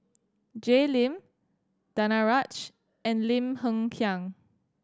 Jay Lim Danaraj and Lim Hng Kiang